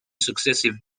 successive